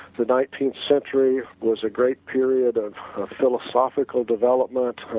the nineteenth century was a great period of philosophical development,